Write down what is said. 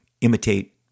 imitate